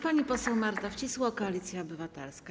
Pani poseł Marta Wcisło, Koalicja Obywatelska.